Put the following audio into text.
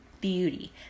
beauty